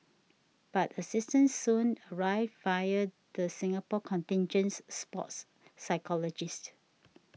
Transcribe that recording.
but assistance soon arrived via the Singapore contingent's sports psychologist